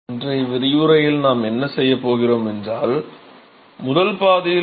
இன்றைய விரிவுரையில் நாம் என்ன செய்யப் போகிறோமென்றால் முதல் பாதியில்